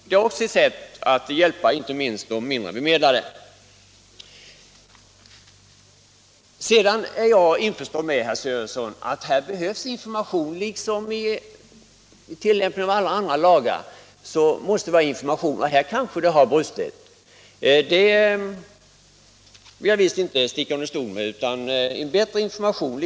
Det är också ett sätt att hjälpa inte minst de mindre bemedlade. Sedan är jag införstådd med, herr Sörenson, att här behövs information liksom vid tillämpningen av andra lagar — i det avseendet kanske det har brustit. Det vill jag visst inte sticka under stol med, utan här bör ges bättre information.